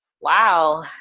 wow